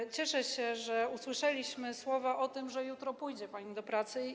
I cieszę się, że usłyszeliśmy słowa o tym, że jutro pójdzie pani do pracy.